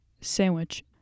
sandwich